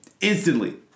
Instantly